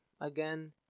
again